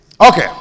Okay